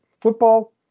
football